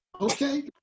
okay